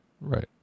Right